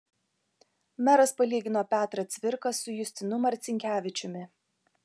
meras palygino petrą cvirką su justinu marcinkevičiumi